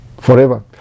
forever